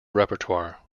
repertoire